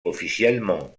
officiellement